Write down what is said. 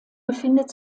befindet